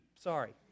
sorry